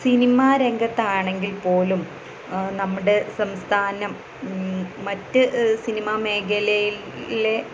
cinema രംഗത്താണെങ്കിൽപ്പോലും നമ്മുടെ സംസ്ഥാനം മറ്റു സിനിമാമേഖലയിലെ